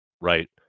right